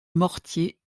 mortier